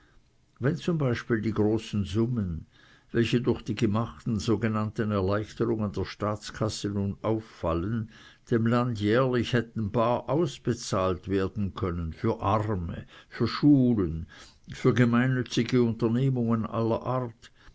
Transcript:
wenn zum beispiel die großen summen welche durch die gemachten sogenannten erleichterungen der staatskasse nun auffallen dem land jährlich hätten bar ausbezahlt werden können für arme für schulen für gemeinnützige unternehmungen aller art